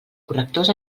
correctors